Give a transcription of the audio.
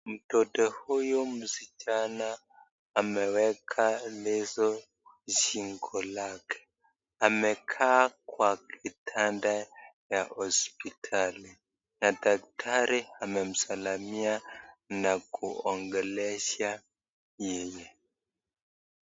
Mtoto huyu msichana ameweka leso shingo lake . Amekaa kwa kitanda ya hospiali na daktari amemsalamia na kumwongelesha yeye.